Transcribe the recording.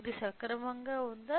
ఇది సక్రమంగా ఉందా